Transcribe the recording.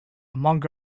among